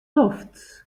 lofts